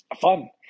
fun